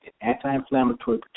anti-inflammatory